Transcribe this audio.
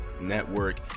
Network